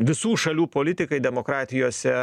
visų šalių politikai demokratijose